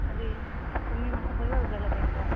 आरे तुमी मास्सो भंय घालूं जाय आसलो तांकां